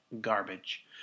garbage